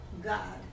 God